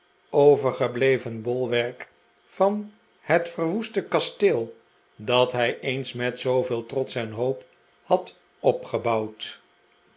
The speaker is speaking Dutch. overgebleven bolwerk van het verwoeste kasteel dat hij eens met zooveel trots en hoop had opgebouwd